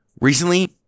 recently